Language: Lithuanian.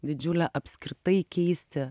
didžiulė apskritai keisti